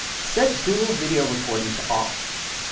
set dual video recording to off.